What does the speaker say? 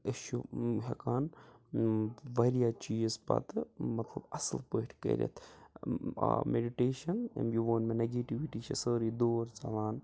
أسۍ چھِ ہیٚکان واریاہ چیٖز پَتہٕ مطلب اصٕل پٲٹھۍ کٔرِتھ آ میٚڈِٹیشَن یہِ ووٚن مےٚ نگیٹِوِٹی چھِ سٲرٕے دوٗر ژَلان